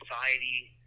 society